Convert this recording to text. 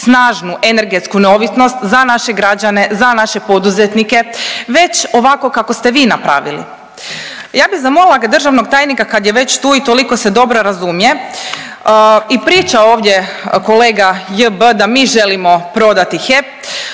snažnu energetsku neovisnost za naše građane, za naše poduzetnike već ovako kako ste vi napravili. Ja bih zamolila državnog tajnika kad je već tu i toliko se dobro razumije i priča ovdje kolega JB da mi želimo prodati HEP,